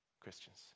Christians